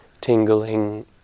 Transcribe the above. tingling